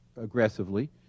aggressively